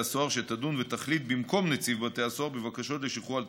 הסוהר שתדון ותחליט במקום נציב בתי הסוהר בבקשות לשחרור על